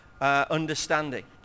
understanding